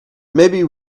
maybe